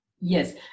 yes